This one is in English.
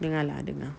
dengar lah dengar